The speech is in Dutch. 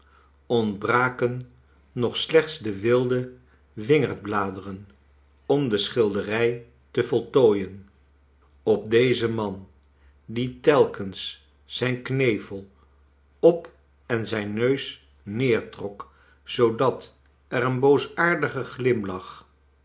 ontbraken nog slechts de wilde wingerdbladeren om de schilderij te voltooien op dezen man die telkens zijn knevel op en zijn neus neertrok zoodat er een boosaaxdige glimlach